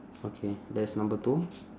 okay that's number two